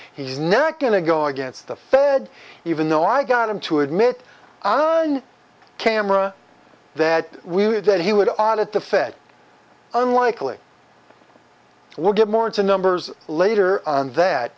he's not going to go against the fed even though i got him to admit on camera that we knew that he would audit the fed unlikely we'll get more into numbers later on that